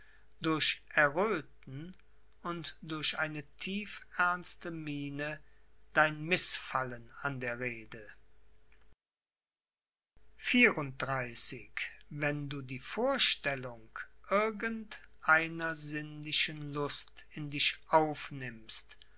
durch erröthen und durch eine tiefernste miene dein mißfallen an der rede der wahn ist kurz die reu ist lang xxxiv wenn du die vorstellung irgend einer sinnlichen lust in dich aufnimmst